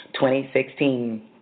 2016